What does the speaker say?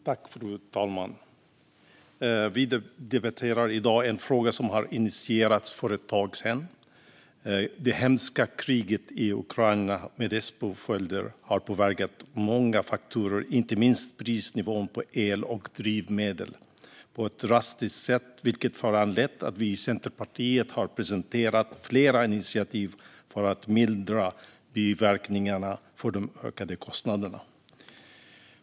Fru talman! Vi debatterar i dag en fråga som initierades för ett tag sedan. Det hemska kriget i Ukraina och dess påföljder har påverkat många faktorer, inte minst prisnivån på el och drivmedel, på ett drastiskt sätt, vilket föranlett oss i Centerpartiet att presentera flera initiativ för att mildra biverkningarna av de ökade kostnaderna.